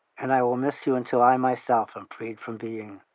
and i will miss you until i myself am freed from being,